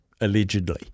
allegedly